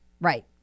Right